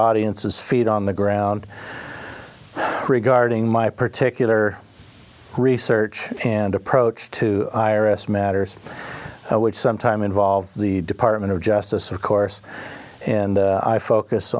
audience's feet on the ground regarding my particular research and approach to iris matters which sometime involve the department of justice or course and i focus